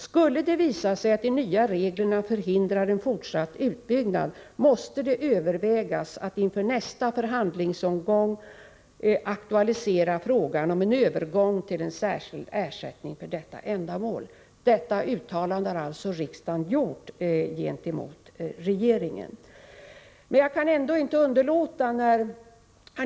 Skulle det visa sig att de nya reglerna förhindrar en fortsatt utbyggnad, måste det övervägas att inför nästa förhandlingsomgång aktualisera frågan om en övergång till en särskild ersättning för detta mål. Detta uttalande har alltså riksdagen gjort gentemot regeringen. Jag kan ändå inte underlåta att göra en kommentar här.